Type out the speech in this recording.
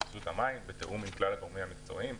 רשות המים בתיאום עם כלל הגורמים המקצועיים.